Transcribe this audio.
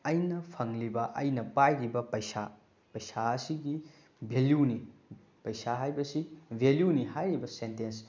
ꯑꯩꯅ ꯐꯪꯂꯤꯕ ꯑꯩꯅ ꯄꯥꯏꯔꯤꯕ ꯄꯩꯁꯥ ꯄꯩꯁꯥ ꯑꯁꯤꯒꯤ ꯚꯦꯂ꯭ꯌꯨꯅꯤ ꯄꯩꯁꯥ ꯍꯥꯏꯕꯁꯤ ꯚꯦꯂ꯭ꯌꯨꯅꯤ ꯍꯥꯏꯔꯤꯕ ꯁꯦꯟꯇꯦꯟꯁ